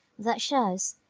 that shows!